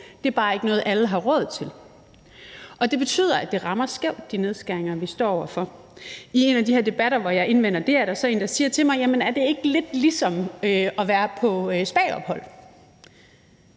det er bare ikke noget, som alle har råd til, og det betyder, at det rammer skævt med de nedskæringer, vi står over for. I en af de her debatter, hvor jeg indvendte det, var der så en, der sagde til mig: Jamen er det ikke lidt ligesom at være på spaophold?